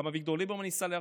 גם אביגדור ליברמן ניסה להרגיע,